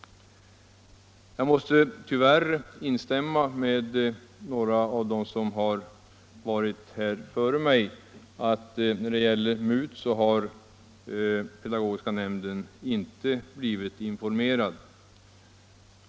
Jag måste tyvärr bekräfta uppgiften från några av de tidigare talarna, att pedagogiska nämnden inte blev informerad om planerna för MUT projektet.